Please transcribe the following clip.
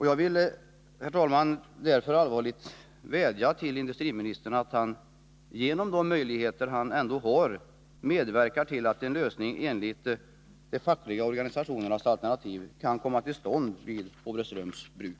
Jag vill därför, herr talman, allvarligt vädja till industriministern att han, med de möjligheter han ändå har, medverkar till att en lösning enligt de fackliga organisationernas alternativ kan komma till stånd vid Håvreströms Bruk.